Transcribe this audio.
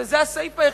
שזה הסעיף היחיד,